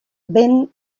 ben